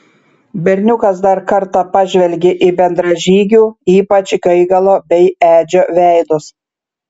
berniukas dar kartą pažvelgė į bendražygių ypač gaigalo bei edžio veidus